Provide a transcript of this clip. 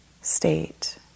state